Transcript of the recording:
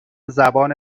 زبان